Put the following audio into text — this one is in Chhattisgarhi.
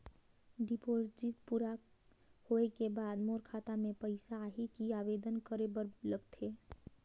डिपॉजिट पूरा होय के बाद मोर खाता मे पइसा आही कि आवेदन करे बर लगथे?